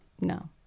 no